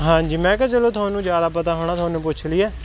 ਹਾਂਜੀ ਮੈਂ ਕਿਹਾ ਚਲੋ ਤੁਹਾਨੂੰ ਜ਼ਿਆਦਾ ਪਤਾ ਹੋਣਾ ਤੁਹਾਨੂੰ ਪੁੱਛ ਲਈਏ